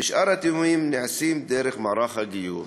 ושאר התיאומים נעשים דרך מערך הגיור.